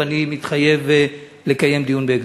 ואני מתחייב לקיים דיון בהקדם.